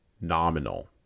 nominal